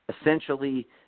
essentially